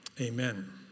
Amen